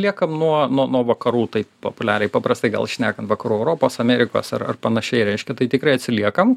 liekam nuo nuo nuo vakarų taip populiariai paprastai gal šnekam vakarų europos amerikos ar ar panašiai reiškia tai tikrai atsiliekam